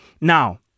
Now